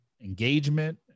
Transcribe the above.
engagement